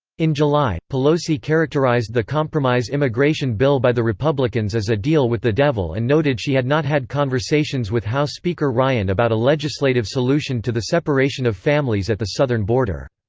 in july, pelosi characterized the compromise immigration bill by the republicans as a deal with the devil and noted she had not had conversations with house speaker ryan about a legislative solution to the separation of families at the southern border.